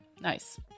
Nice